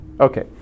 okay